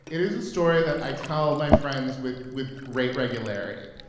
it is a story that i tell my friends with with great regularity.